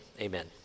amen